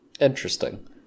Interesting